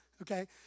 okay